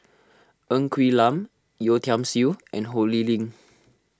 Ng Quee Lam Yeo Tiam Siew and Ho Lee Ling